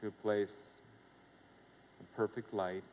to place perfect light